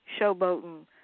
showboating